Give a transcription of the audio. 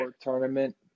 tournament